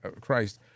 Christ